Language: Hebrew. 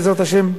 בעזרת השם,